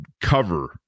cover